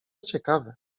ciekawe